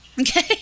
Okay